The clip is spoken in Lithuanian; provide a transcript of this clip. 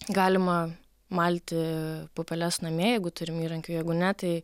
galima malti pupeles namie jeigu turim įrankių jeigu ne tai